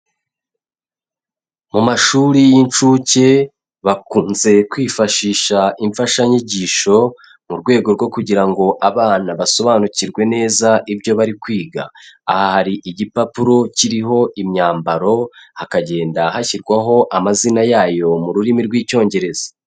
Mu mashuri y'inshuke bakunze kwifashisha imfashanyigisho mu rwego rwo kugira ngo abana basobanukirwe neza ibyo bari kwiga. Aha hari igipapuro kiriho imyambaro, hakagenda hashyirwaho amazina yayo mu rurimi rw'icyongereza.